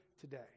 today